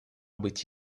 быть